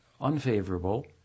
unfavorable